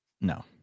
No